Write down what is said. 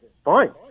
Fine